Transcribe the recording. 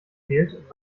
fehlt